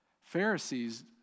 Pharisees